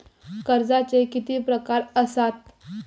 कर्जाचे किती प्रकार असात?